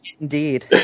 indeed